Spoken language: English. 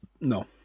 No